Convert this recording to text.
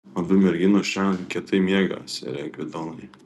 abi merginos šiąnakt kietai miegos sere gvidonai